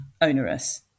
onerous